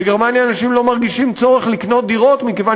בגרמניה אנשים לא מרגישים צורך לקנות דירות מכיוון